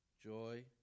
joy